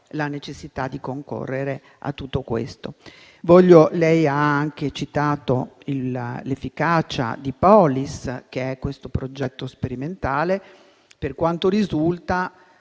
la necessità di risolvere tutto questo. Lei ha anche citato l'efficacia di Polis, il progetto sperimentale. Da quanto risulta,